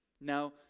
now